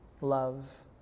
love